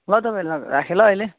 ल तपाईँलाई राखेँ ल अहिले